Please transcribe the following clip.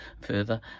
further